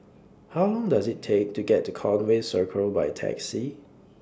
How Long Does IT Take to get to Conway Circle By Taxi